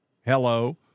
Hello